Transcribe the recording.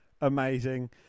amazing